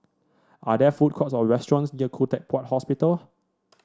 are there food courts or restaurants near Khoo Teck Puat Hospital